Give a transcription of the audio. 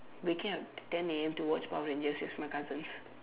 waking up ten A_M to watch power rangers with my cousins